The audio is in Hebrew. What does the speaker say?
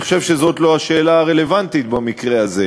אני חושב שזאת לא השאלה הרלוונטית במקרה הזה.